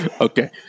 Okay